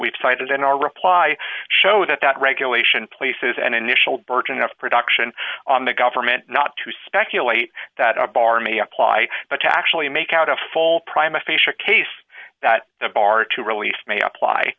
we've cited in our reply show that that regulation places an initial burden of production on the government not to speculate that barmy apply but to actually make out a full prime official case that the bar to release may apply